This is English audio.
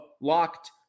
Locked